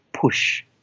push